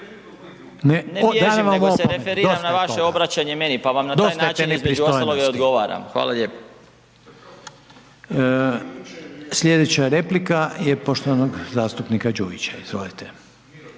Ne bježim nego se referiram na vaše obraćanje meni, pa vam na taj način između ostaloga i odgovaram. Hvala lijepo. **Reiner, Željko (HDZ)** Dosta je te